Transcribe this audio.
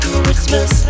Christmas